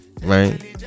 right